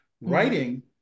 Writing